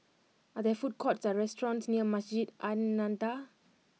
are there food courts or restaurants near Masjid An Nahdhah